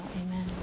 Amen